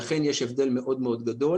לכן יש הבדל מאוד גדול